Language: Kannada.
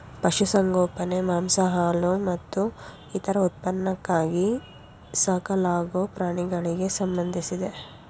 ಪಶುಸಂಗೋಪನೆ ಮಾಂಸ ಹಾಲು ಅಥವಾ ಇತರ ಉತ್ಪನ್ನಕ್ಕಾಗಿ ಸಾಕಲಾಗೊ ಪ್ರಾಣಿಗಳಿಗೆ ಸಂಬಂಧಿಸಿದೆ